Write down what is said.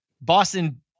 Boston